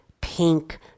pink